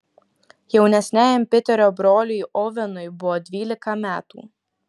jaunesniajam piterio broliui ovenui buvo dvylika metų